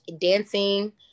dancing